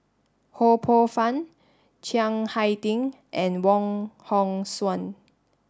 Ho Poh Fun Chiang Hai Ding and Wong Hong Suen